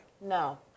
No